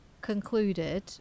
concluded